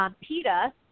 Peta